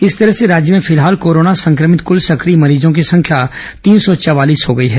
इस तरह से राज्य में फिलहाल कोरोना संक्रमित कल सक्रिय मरीजों की संख्या तीन सौ चवालीस हो गई है